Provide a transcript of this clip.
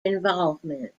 involvement